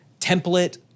template